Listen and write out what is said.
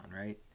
right